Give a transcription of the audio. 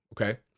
Okay